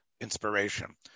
inspiration